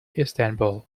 istanbul